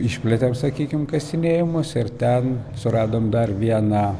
išplėtėm sakykim kasinėjimus ir ten suradom dar vieną